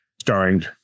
starring